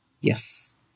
yes